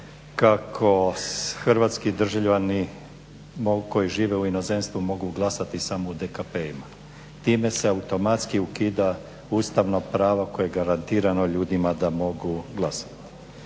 kako hrvatski državljani koji žive u inozemstvu mogu glasati samo u DKP-ima. Time se automatski ukida ustavno pravo koje je garantirano ljudima da mogu glasati.